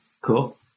cool